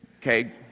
okay